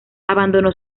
abandonó